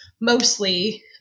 mostly